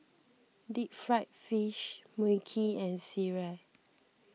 Deep Fried Fish Mui Kee and Sireh